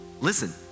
listen